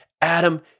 adam